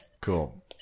cool